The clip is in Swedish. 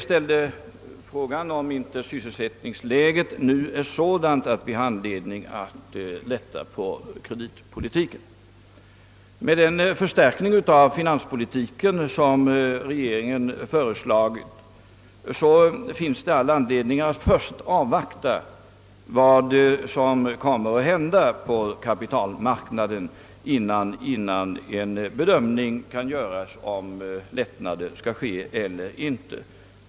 Herr Lundberg frågade, om inte sysselsättningsläget nu är sådant att det finns anledning att lätta på kreditpolitiken. Med den förstärkning av finanspolitiken som regeringen föreslagit finns det all anledning att först avvakta vad som kommer att hända på kapitalmarknaden innan man till bedömning tar upp frågan om lättnader i kreditpolitiken.